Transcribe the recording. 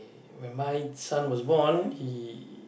when my son was born he